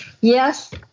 Yes